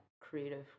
creative